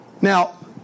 Now